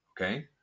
Okay